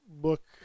book